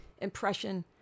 impression